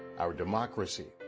our democracy.